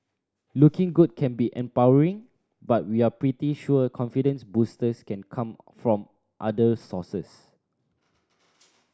looking good can be empowering but we're pretty sure confidence boosters can come from other sources